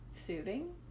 Soothing